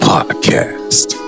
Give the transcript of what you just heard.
Podcast